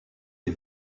des